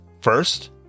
first